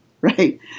right